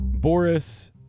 Boris